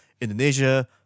Indonesia